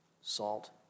salt